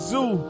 Zoo